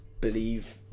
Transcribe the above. believe